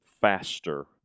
faster